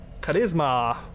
Charisma